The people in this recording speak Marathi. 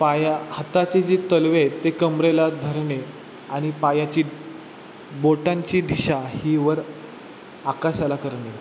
पाया हाताचे जे तळवे आहेत ते कंबरेला धरणे आणि पायाची बोटांची दिशा ही वर आकाशाला करणे